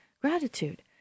gratitude